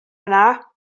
yna